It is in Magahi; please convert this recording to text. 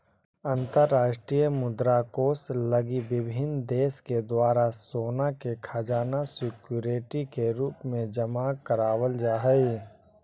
अंतरराष्ट्रीय मुद्रा कोष लगी विभिन्न देश के द्वारा सोना के खजाना सिक्योरिटी के रूप में जमा करावल जा हई